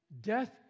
Death